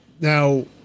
Now